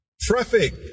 Traffic